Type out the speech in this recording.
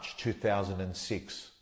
2006